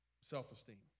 self-esteem